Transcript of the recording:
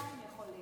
שניים יכולים.